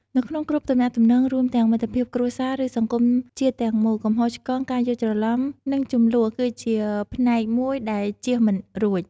នៅក្នុងគ្រប់ទំនាក់ទំនង រួមទាំងមិត្តភាព គ្រួសារ ឬសង្គមជាតិទាំងមូល កំហុសឆ្គងការយល់ច្រឡំ និងជម្លោះ គឺជាផ្នែកមួយដែលជៀសមិនរួច។